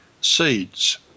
seeds